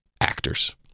actors